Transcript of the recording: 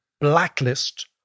blacklist